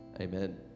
Amen